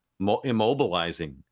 immobilizing